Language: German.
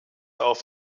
auf